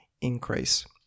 increase